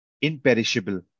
imperishable